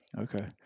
Okay